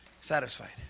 satisfied